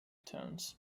tones